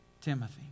Timothy